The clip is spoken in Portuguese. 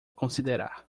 considerar